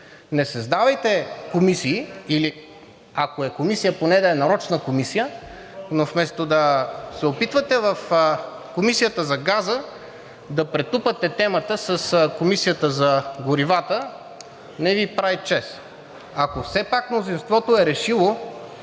Не създавайте комисии, или ако е комисия, поне да е нарочна комисия. Но вместо да се опитвате в Комисията за газа да претупате темата с комисията за горивата не Ви прави чест. Ако все пак мнозинството е решило,